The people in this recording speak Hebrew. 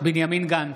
בנימין גנץ,